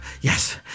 Yes